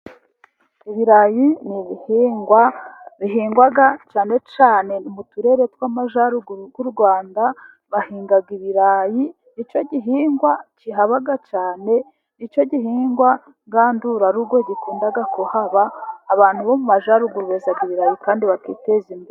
Ibirayi ni i bihingwa bihingwa cyane cyane mu turere tw'amajaruguru y'u Rwanda, bahinga ibirayi, icyo gihingwa kihaba cyane, icyo gihingwa ngandurarugo gikunda kuhaba, abantu bo mu majyaruguru beza ibirayi kandi bakiteza imbere.